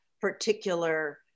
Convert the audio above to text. particular